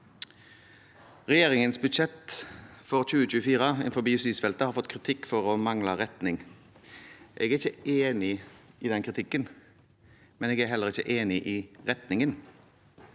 Regjeringens budsjett for 2024 innenfor justisfeltet har fått kritikk for å mangle retning. Jeg er ikke enig i den kritikken, men jeg er heller ikke enig i retningen.